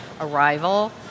arrival